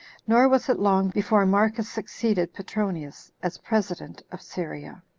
nor was it long before marcus succeeded petronius, as president of syria.